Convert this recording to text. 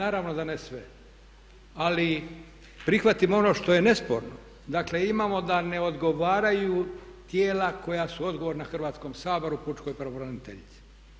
Ali prihvatimo ono što je nesporno, dakle imamo da ne odgovaraju tijela koja su odgovorna Hrvatskom saboru pučkoj pravobraniteljici.